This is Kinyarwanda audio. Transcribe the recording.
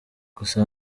gusa